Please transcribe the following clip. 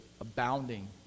abounding